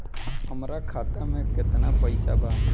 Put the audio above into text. हमरा खाता मे केतना पैसा बा?